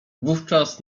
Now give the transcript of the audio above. wówczas